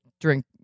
drink